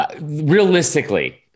Realistically